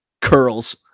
curls